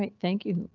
um thank you.